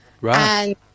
Right